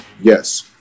Yes